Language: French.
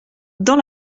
dans